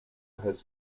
has